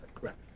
correct